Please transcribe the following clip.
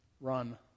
run